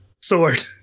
sword